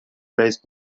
based